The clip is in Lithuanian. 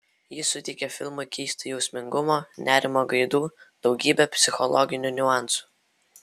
ji suteikia filmui keisto jausmingumo nerimo gaidų daugybę psichologinių niuansų